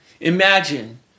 Imagine